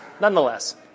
Nonetheless